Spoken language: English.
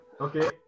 Okay